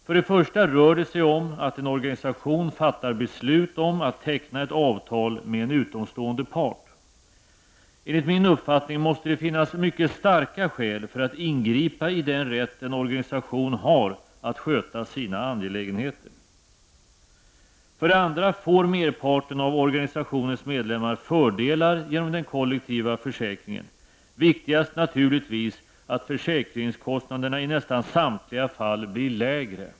För det första rör det sig om att en organisation fattar beslut om att teckna ett avtal med en utomstående part. Enligt min uppfattning måste det finnas mycket starka skäl för att ingripa i den rätt en organisation har att sköta sina angelägenheter. För det andra får merparten av organisationens medlemmar fördelar genom den kollektiva försäkringen; viktigast är naturligtvis att försäkringskostnaderna i nästan samtliga fall blir lägre.